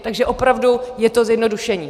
Takže opravdu je to zjednodušení.